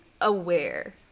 aware